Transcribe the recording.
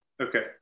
Okay